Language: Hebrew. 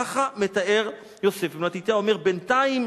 ככה מתאר יוסף בן מתתיהו, אומר: "בינתיים